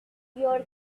your